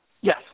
Yes